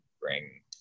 bring